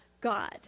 God